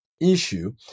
issue